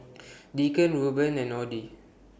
Deacon Rueben and Audie